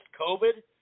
COVID